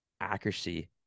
accuracy